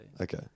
Okay